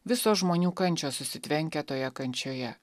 visos žmonių kančios susitvenkia toje kančioje